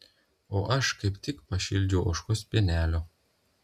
o aš kaip tik pašildžiau ožkos pienelio